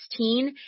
2016